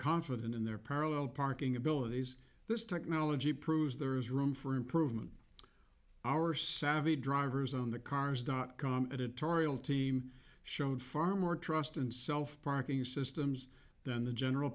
confident in their parallel parking abilities this technology proves there is room for improvement our savvy drivers on the cars dot com editorial team showed far more trust in self parking systems than the general